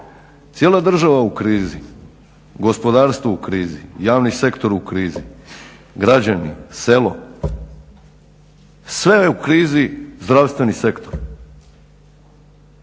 Cijela je država u krizi, gospodarstvo je u krizi, javni sektor u krizi, građani, selo. Sve je u krizi, zdravstveni sektor.